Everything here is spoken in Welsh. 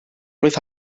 blwydd